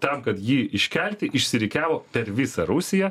tam kad jį iškelti išsirikiavo per visą rusiją